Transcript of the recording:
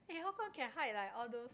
eh how come can hide like all those